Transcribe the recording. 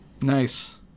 nice